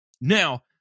now